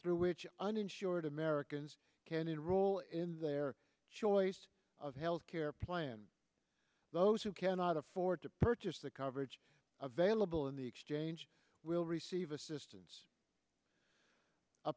through which uninsured americans can enroll in their choice of health care plan those who cannot afford to purchase the coverage available in the exchange will receive assistance